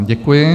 Děkuji.